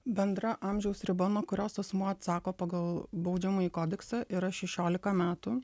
bendra amžiaus riba nuo kurios asmuo atsako pagal baudžiamąjį kodeksą yra šešiolika metų